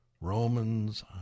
Romans